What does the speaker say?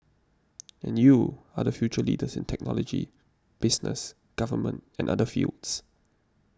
and you are the future leaders in technology business Government and other fields